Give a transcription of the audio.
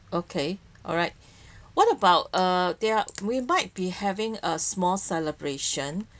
okay alright what about uh there are we might be having a small celebration